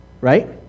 right